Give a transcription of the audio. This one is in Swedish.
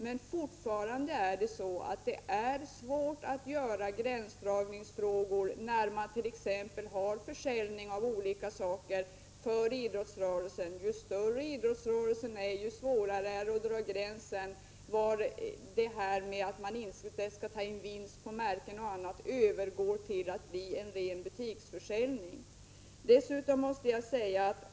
Men det är fortfarande svårt att göra gränsdragningar, exempelvis vid försäljning av olika saker för en idrottsförening. Ju större en idrottsförening är, desto svårare är det att dra gränsen och bestämma när en försäljning övergår till att vara ren butiksförsäljning. Man måste också tänka på att inte ta in vinst vid försäljning av exempelvis märken.